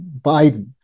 Biden